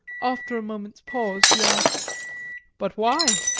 after a moment's pause he asked but why?